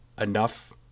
enough